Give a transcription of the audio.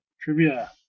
trivia